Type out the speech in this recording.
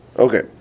Okay